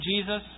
Jesus